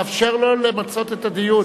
אבל תאפשר לו למצות את הדיון,